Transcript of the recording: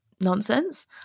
nonsense